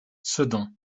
sedan